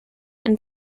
and